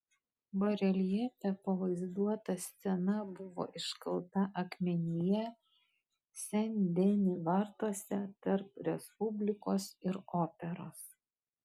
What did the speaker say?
bareljefe pavaizduota scena buvo iškalta akmenyje sen deni vartuose tarp respublikos ir operos